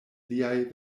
liaj